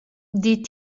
die